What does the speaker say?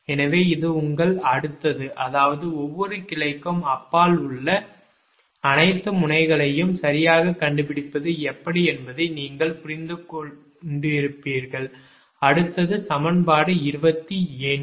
எனவே இது உங்கள் அடுத்தது அதாவது ஒவ்வொரு கிளைக்கும் அப்பால் உள்ள அனைத்து முனைக்களையும் சரியாகக் கண்டுபிடிப்பது எப்படி என்பதை நீங்கள் புரிந்து கொண்டிருப்பீர்கள் அடுத்தது சமன்பாடு 27